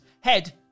head